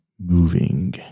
moving